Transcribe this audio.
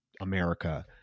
America